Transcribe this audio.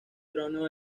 trono